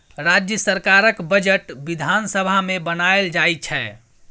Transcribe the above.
राज्य सरकारक बजट बिधान सभा मे बनाएल जाइ छै